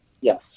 yes